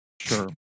Sure